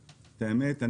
האמת,